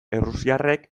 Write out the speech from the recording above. errusiarrek